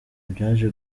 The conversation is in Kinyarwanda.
byaje